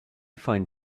find